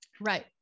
right